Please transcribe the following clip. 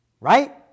right